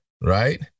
right